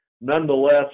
nonetheless